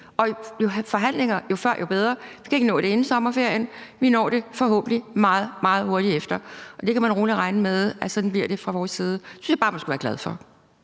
der er forhandlinger, jo bedre. Vi kan ikke nå det inden sommerferien; vi når det forhåbentlig meget, meget hurtigt efter. Man kan rolig regne med, at det bliver sådan fra vores side. Det synes jeg bare at man skulle være glad for.